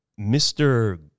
Mr